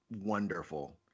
wonderful